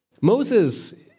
Moses